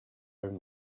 own